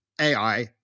AI